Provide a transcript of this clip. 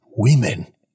women